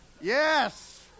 Yes